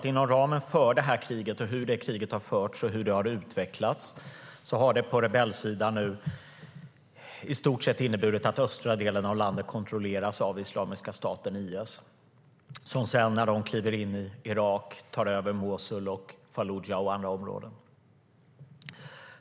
Inom ramen för det här kriget, hur det har förts och hur det har utvecklats har det på rebellsidan nu i stort sett inneburit att östra delen av landet kontrolleras av Islamiska staten, IS. De kliver sedan in i Irak och tar över Mosul, Fallujah och andra områden.